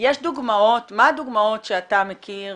מה הדוגמאות שאתה מכיר